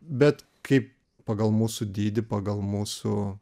bet kaip pagal mūsų dydį pagal mūsų